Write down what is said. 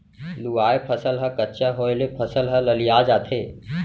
लूवाय फसल ह कच्चा होय ले फसल ह ललिया जाथे